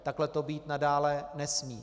Takhle to být nadále nesmí.